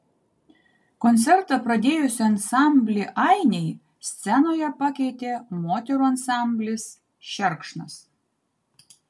koncertą pradėjusį ansamblį ainiai scenoje pakeitė moterų ansamblis šerkšnas